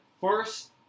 first